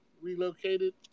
relocated